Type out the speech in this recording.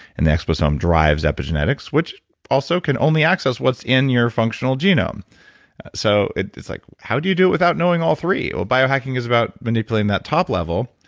and the exposome drives epigenetics, which also can only access what's in your functional genome so, it's like, how do you do it without knowing all three? well, bio-hacking is about manipulating that top level,